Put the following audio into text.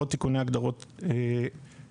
ועוד תיקוני הגדרות קטנים.